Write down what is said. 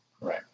right